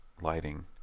lighting